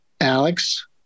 Alex